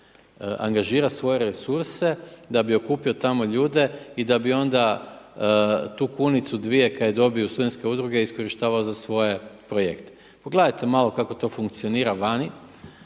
angažira svoje resurse da bi okupio tamo ljude i da bi onda tu kunicu dvije kaj je dobio od studentske udruge iskorištavao za svoje projekte. Pogledajte malo kako to funkcionira vani.